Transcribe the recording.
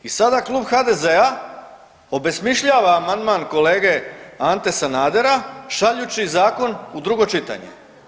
I sada Klub HDZ-a obesmišljava amandman kolege Ante Sanadera, šaljući zakon u drugo čitanje.